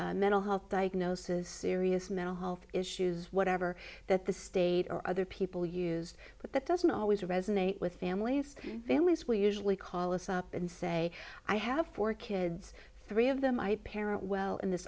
terms mental health diagnosis serious mental health issues whatever that the state or other people used but that doesn't always resonate with families families will usually call us up and say i have four kids three of them my parent well in this